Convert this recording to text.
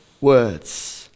words